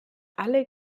alle